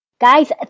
Guys